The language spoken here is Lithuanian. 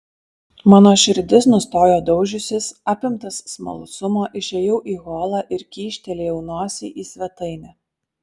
mano širdis nustojo daužiusis apimtas smalsumo išėjau į holą ir kyštelėjau nosį į svetainę